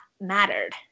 mattered